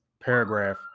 paragraph